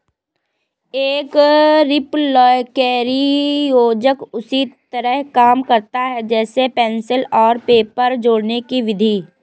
एक रिपलकैरी योजक उसी तरह काम करता है जैसे पेंसिल और पेपर जोड़ने कि विधि